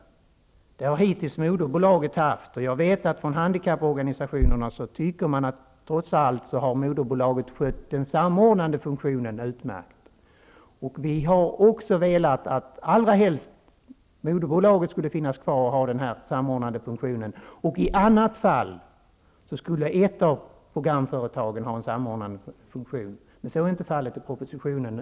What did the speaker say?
Denna funktion har hittills moderbolaget haft. Jag vet att handikapporganisationerna tycker att moderbolaget trots allt har skött den samordnande funktionen utmärkt. Vi hade också velat att moderbolaget skulle finnas kvar och ha denna samordnande funktion. I annat fall skulle ett av programföretagen ha en samordnande funktion. Så är inte skrivningen i propositionen.